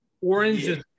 Orange